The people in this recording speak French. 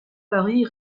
paris